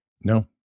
No